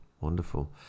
wonderful